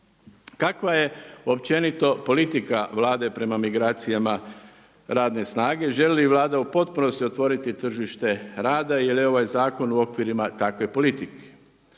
Kakva je općenito politika Vlade prema migracijama radne snage? Želi li Vlada u potpunosti otvoriti tržište rada i jel li je ovaj zakon u okvirima takve politike?